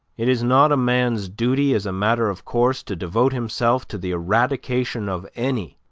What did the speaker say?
it is not a man's duty, as a matter of course, to devote himself to the eradication of any,